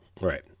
right